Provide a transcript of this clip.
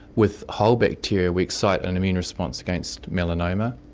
with whole bacteria we excite an immune response against melanoma,